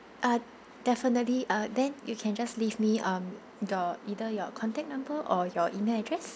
ah definitely ah then you can just leave me um your either your contact number or your email address